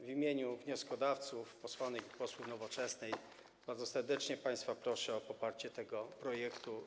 W imieniu wnioskodawców, posłanek i posłów Nowoczesnej, bardzo serdecznie państwa proszę o poparcie tego projektu.